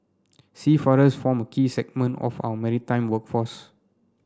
seafarers form a key segment of our maritime workforce